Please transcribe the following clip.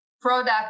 product